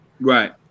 Right